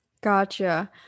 Gotcha